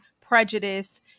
prejudice